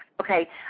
okay